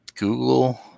Google